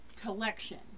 collection